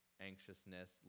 anxiousness